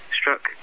struck